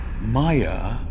Maya